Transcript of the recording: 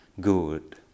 good